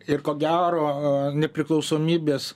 ir ko gero nepriklausomybės